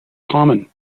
common